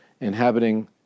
inhabiting